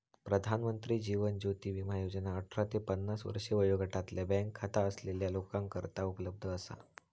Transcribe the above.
प्रधानमंत्री जीवन ज्योती विमा योजना अठरा ते पन्नास वर्षे वयोगटातल्या बँक खाता असलेल्या लोकांकरता उपलब्ध असा